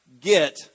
get